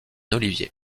olivier